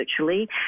virtually